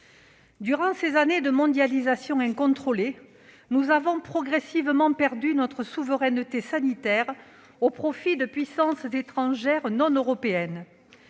Durant ces années de mondialisation incontrôlée, nous avons progressivement perdu notre souveraineté sanitaire, au profit de puissances étrangères non européennes.